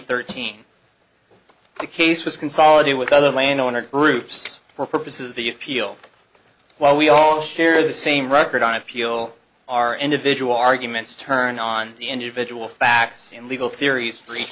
thirteen the case was consolidated with other landowner groups for purposes of the appeal while we all share the same record on appeal our individual arguments turn on the individual facts and legal theories preach